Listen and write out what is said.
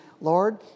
Lord